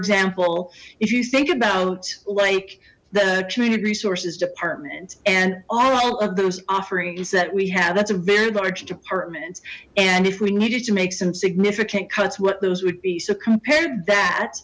example if you think about like the community resources department and all of those offerings that we have that's a very large department and if we needed to make some significant cuts what those would be so compare t